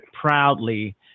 proudly